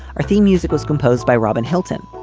our theme music was composed by robin hilton.